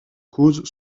cause